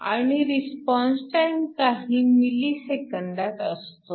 आणि response time काही मिली सेकंदात असतो